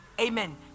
Amen